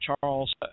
Charles